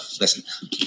listen